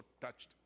touched